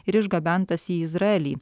ir išgabentas į izraelį